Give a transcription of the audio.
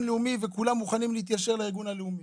לאומי וכולם מוכנים להתיישר לארגון הלאומי.